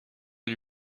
lui